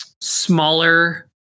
smaller